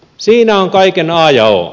siinä on kaiken a ja o